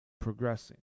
progressing